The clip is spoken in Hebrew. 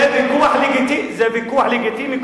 זה ויכוח לגיטימי.